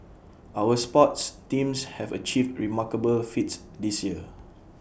our sports teams have achieved remarkable feats this year